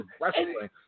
wrestling